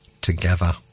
together